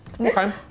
Okay